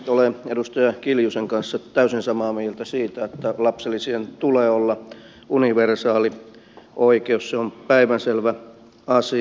olen edustaja kiljusen kanssa täysin samaa mieltä siitä että lapsilisien tulee olla universaali oikeus se on päivänselvä asia